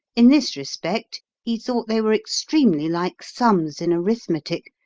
in this respect he thought they were extremely like sums in arithmetic,